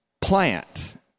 plant